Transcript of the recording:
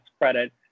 credit